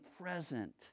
present